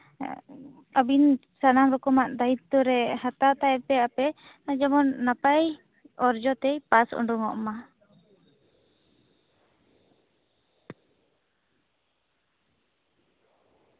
ᱟᱵᱤᱱ ᱥᱟᱱᱟᱢ ᱨᱚᱠᱚᱢᱟᱜ ᱫᱟᱭᱤᱛᱛᱚ ᱨᱮ ᱦᱟᱛᱟᱣ ᱛᱟᱭ ᱯᱮ ᱟᱯᱮ ᱡᱮᱢᱚᱱ ᱱᱟᱯᱟᱭ ᱚᱨᱡᱚ ᱛᱮᱭ ᱯᱟᱥ ᱩᱰᱩᱝᱚᱜ ᱢᱟ